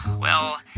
well,